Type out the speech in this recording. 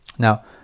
Now